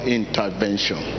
intervention